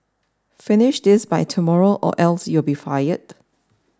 finish this by tomorrow or else you'll be fired